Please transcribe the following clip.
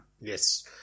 Yes